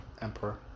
emperor